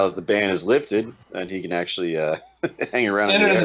ah the ban is lifted and he can actually ah hang around? and and and